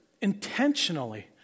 intentionally